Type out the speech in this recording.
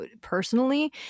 personally